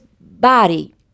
body